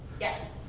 Yes